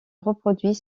reproduit